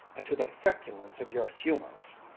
and to the feculence of your humours.